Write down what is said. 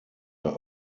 der